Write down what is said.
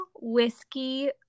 whiskey